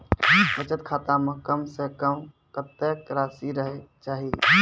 बचत खाता म कम से कम कत्तेक रासि रहे के चाहि?